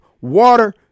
water